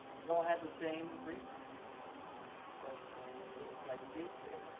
we all had the same reason and it's because of things like jake today.